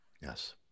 Yes